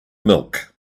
milk